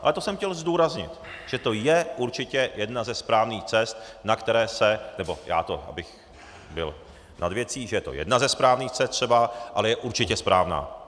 Ale to jsem chtěl zdůraznit, že to je určitě jedna ze správných cest, na které se nebo já to, abych byl nad věcí, že je to jedna ze správných cest třeba, ale je určitě správná.